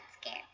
scared